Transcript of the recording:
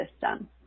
system